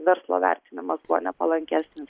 verslo vertinimas buvo nepalankesnis